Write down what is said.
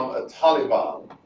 a taliban,